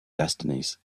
destinies